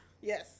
Yes